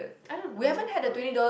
I don't know but we